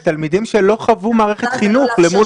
אלה תלמידים שלא חוו מערכת חינוך למול